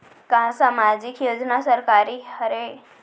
का सामाजिक योजना सरकारी हरे?